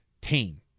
team